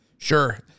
Sure